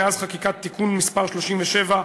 מאז חקיקת תיקון מס' 37,